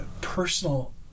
personal